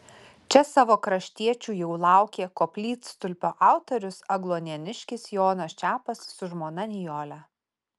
čia savo kraštiečių jau laukė koplytstulpio autorius agluonėniškis jonas čepas su žmona nijole